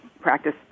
practice